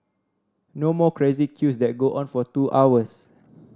no more crazy queues that go on for two hours